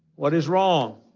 what is wrong?